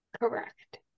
Correct